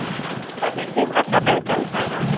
तो हिंदी भाषा नहीं चलता है